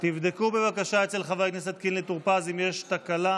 תבדקו בבקשה אצל חבר הכנסת קינלי טור פז אם יש תקלה.